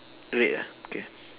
red ah okay